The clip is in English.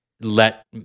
let